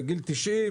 בגיל 90,